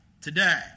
today